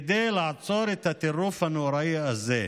כדי לעצור את הטירוף הנוראי הזה.